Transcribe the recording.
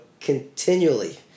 Continually